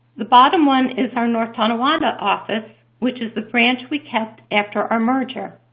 the bottom one is our north tonawanda office, which is the branch we kept after our merger.